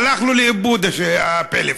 והלך לו לאיבוד הפלאפון,